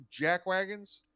jackwagons